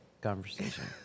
conversation